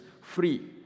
free